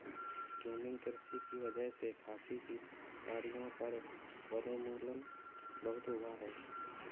झूमिंग कृषि की वजह से खासी की पहाड़ियों पर वनोन्मूलन बहुत हुआ है